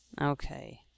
Okay